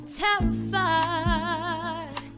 terrified